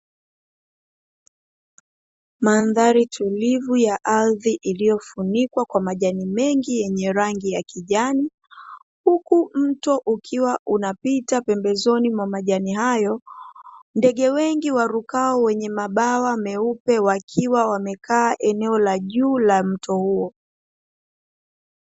Mandhari tulivu ya ardhi iliyofunikwa kwa majani mengi yenye rangi ya kijani, huku mto ukiwa unapita pembezooni mwa majani hayo, ndege wengi warukao wenye mabawa meupe wakiwa wamekaa eneo la juu la mto huo.